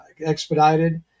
expedited